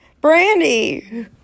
Brandy